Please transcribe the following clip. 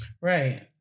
Right